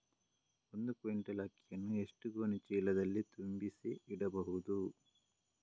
ಒಂದು ಕ್ವಿಂಟಾಲ್ ಅಕ್ಕಿಯನ್ನು ಎಷ್ಟು ಗೋಣಿಚೀಲದಲ್ಲಿ ತುಂಬಿಸಿ ಇಡಬಹುದು?